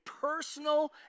personal